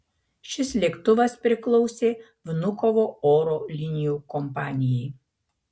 šis lėktuvas priklausė vnukovo oro linijų kompanijai